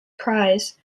prize